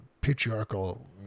patriarchal